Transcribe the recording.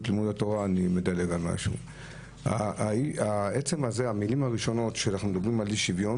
לימוד התורה..." עצם המילים הראשונות כשאנחנו מדברים על אי שוויון